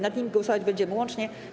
Nad nimi głosować będziemy łącznie.